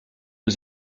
aux